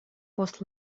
post